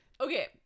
okay